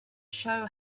show